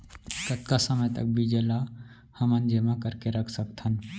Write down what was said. कतका समय तक बीज ला हमन जेमा करके रख सकथन?